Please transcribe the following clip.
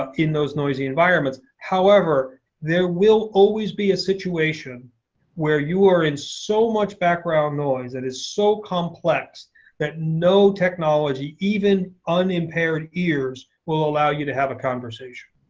um in those noisy environments. however, there will always be a situation where you are in so much background noise and it's so complex that no technology, even unimpaired ears, will allow you to have a conversation.